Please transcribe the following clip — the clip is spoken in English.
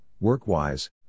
work-wise